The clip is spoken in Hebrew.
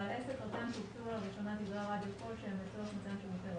בעל עסק רט"ן שהוקצו לו לראשונה תדרי רדיו כלשהם לצורך מתן שרותי